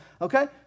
Okay